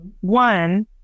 one